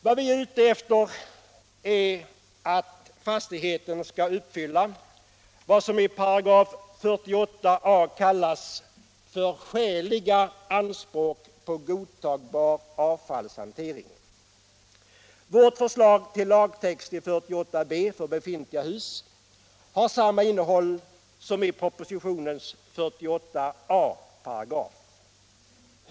Vad vi är ute efter är att fastigheten skall uppfylla vad som i 48 a§ kallas för ”skäliga anspråk på —--—- godtagbar avfallshantering”. Vårt förslag till lagtext i 48 b för befintliga hus har samma innehåll som i 9” propositionens 48 a §.